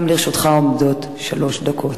גם לרשותך עומדות שלוש דקות.